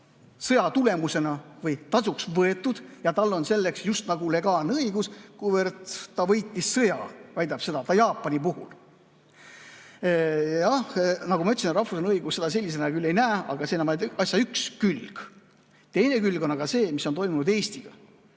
sõja tulemus, need on tasuks võetud ja tal on selleks just nagu legaalne õigus, kuna ta võitis sõja. Ta väidab seda Jaapani puhul. Nagu ma ütlesin, rahvusvaheline õigus seda sellisena küll ei näe. Aga see on ainult asja üks külg. Teine külg on see, mis on toimunud Eestiga.